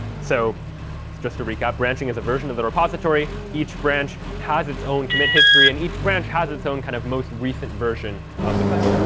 so just to recap, branching is a version of the repository. each branch has its own commit history, and each branch has its own kind of most recent version of the code.